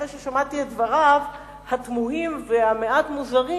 אחרי ששמעתי את דבריו התמוהים והמעט מוזרים,